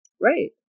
Right